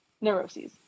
neuroses